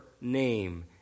name